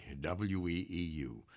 WEEU